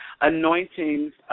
anointings –